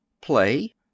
Play